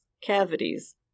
cavities